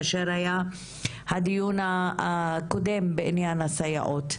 לאחר הדיון הקודם שהתקיים בנושא הסייעות.